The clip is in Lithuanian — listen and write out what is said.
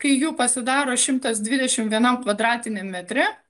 kai jų pasidaro šimtas dvidešim vienam kvadratiniam metre